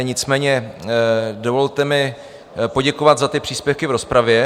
Nicméně dovolte mi poděkovat za příspěvky v rozpravě.